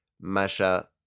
Masha